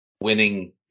winning